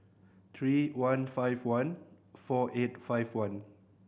three one five one four eight five one